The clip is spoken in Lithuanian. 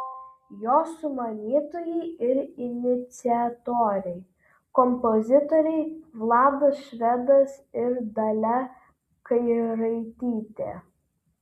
jo sumanytojai ir iniciatoriai kompozitoriai vladas švedas ir dalia kairaitytė